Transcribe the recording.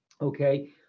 Okay